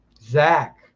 Zach